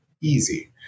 Easy